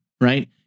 Right